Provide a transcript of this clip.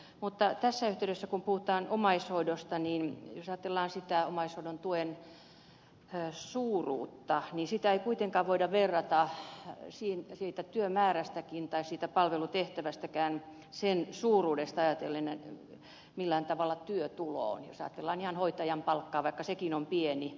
mutta tässä yhteydessä kun puhutaan omaishoidosta niin jos ajatellaan sitä omaishoidon tuen suuruutta niin sitä ei kuitenkaan voi verrata kun ajatellaan sitä työmäärää tai sitä palvelutehtävän suuruutta millään tavalla työtuloon jos ajatellaan ihan hoitajan palkkaa vaikka sekin on pieni